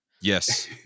Yes